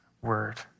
word